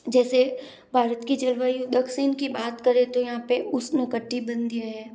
जैसे भारत की जलवायु दक्षिण की बात करे तो यहाँ पे उष्णकटिबंधीय है